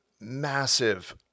massive